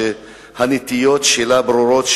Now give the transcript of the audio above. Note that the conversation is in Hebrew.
שהנטיות שלה ברורות,